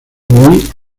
muy